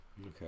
Okay